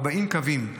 40 קווים,